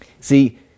see